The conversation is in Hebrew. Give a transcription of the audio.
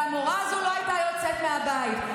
והמורה הזאת לא הייתה יוצאת מהבית.